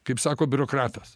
kaip sako biurokratas